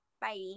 Bye